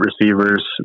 receivers